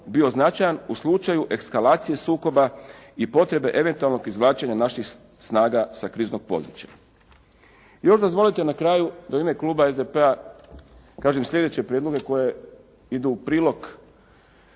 bio značajan u slučaju eskalacije sukoba i potrebe eventualnog izvlačenja naših snaga sa kriznog područja. Još dozvolite na kraju da u ime kluba SDP-a kažem sljedeće prijedloge koji idu u prilog